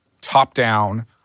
top-down